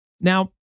Now